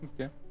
Okay